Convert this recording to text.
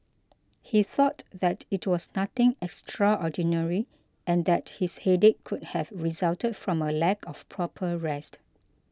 he thought that it was nothing extraordinary and that his headache could have resulted from a lack of proper rest